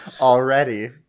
already